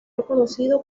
reconocido